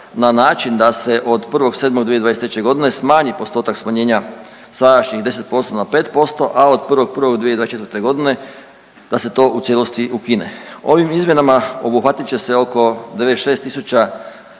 na način da se od 1.7.2023.g. smanji postotak smanjenja sadašnjih 10% na 5%, a od 1.1.2024.g. da se to u cijelosti ukine. Ovim izmjenama obuhvatit će se oko 96